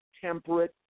temperate